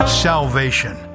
salvation